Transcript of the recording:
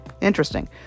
interesting